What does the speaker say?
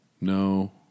No